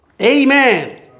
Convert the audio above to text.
Amen